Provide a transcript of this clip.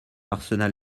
arsenal